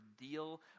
deal